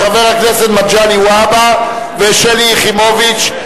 לחברי הכנסת מגלי והבה ושלי יחימוביץ.